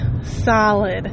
solid